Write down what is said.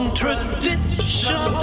tradition